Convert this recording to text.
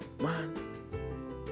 man